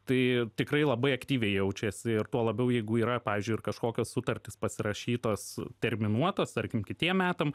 tai tikrai labai aktyviai jaučiasi ir tuo labiau jeigu yra pavyzdžiui ir kažkokios sutartys pasirašytos terminuotos tarkim kitiem metam